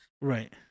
Right